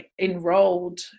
enrolled